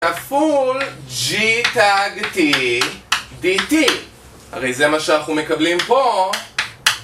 כפול g' t dt הרי זה מה שאנחנו מקבלים פה